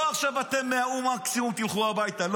זה לא עכשיו אתם מהאו"ם, מקסימום תלכו הביתה.